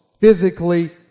physically